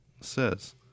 says